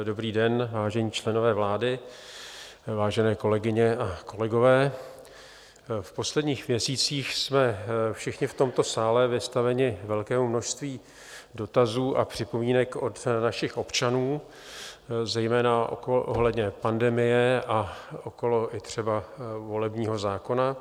Dobrý den, vážení členové vlády, vážené kolegyně a kolegové, v posledních měsících jsme všichni v tomto sále vystaveni velkému množství dotazů a připomínek od našich občanů, zejména ohledně pandemie a třeba i okolo volebního zákona.